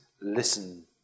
listen